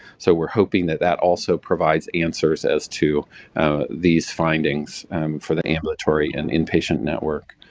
so we're hoping that that also provides answer as as to these findings for the ambulatory and inpatient network.